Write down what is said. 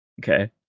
Okay